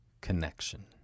connection